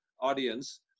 audience